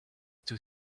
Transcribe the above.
too